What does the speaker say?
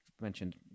mentioned